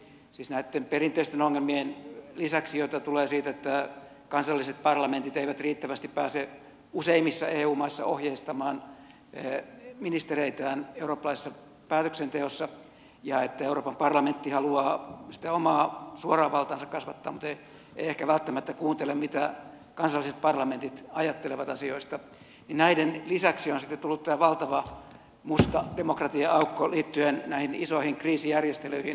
siis näitten perinteisten ongelmien lisäksi joita tulee siitä että kansalliset parlamentit eivät riittävästi pääse useimmissa eu maissa ohjeistamaan ministereitään eurooppalaisessa päätöksenteossa ja että euroopan parlamentti haluaa sitä omaa suoraa valtaansa kasvattaa mutta ei ehkä välttämättä kuuntele mitä kansalliset parlamentit ajattelevat asioista on sitten tullut tämä valtava musta demokratia aukko liittyen näihin isoihin kriisijärjestelyihin